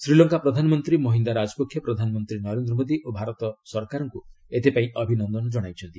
ଶ୍ରୀଲଙ୍କା ପ୍ରଧାନମନ୍ତ୍ରୀ ମହିନ୍ଦ୍ରା ରାଜପକ୍ଷେ ପ୍ରଧାନମନ୍ତ୍ରୀ ନରେନ୍ଦ୍ର ମୋଦି ଓ ଭାରତ ସରକାରଙ୍କୁ ଏଥିପାଇଁ ଅଭିନନ୍ଦନ କଣାଇଛନ୍ତି